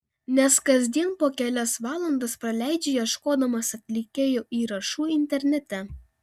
nes kasdien po kelias valandas praleidžiu ieškodamas atlikėjų įrašų internete